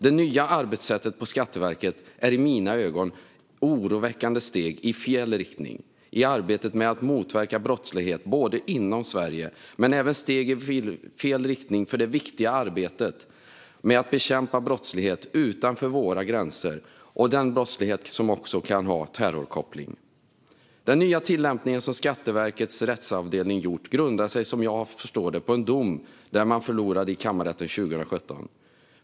Det nya arbetssättet på Skatteverket är i mina ögon oroväckande steg i fel riktning i arbetet med att motverka brottslighet inom Sverige men även steg i fel riktning i det viktiga arbetet med att bekämpa brottslighet utanför våra gränser - brottslighet som också kan ha terrorkoppling. Den nya tillämpning som Skatteverkets rättsavdelning gjort grundar sig som jag förstår det på en dom i kammarrätten 2017, där Skatteverket förlorade.